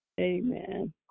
Amen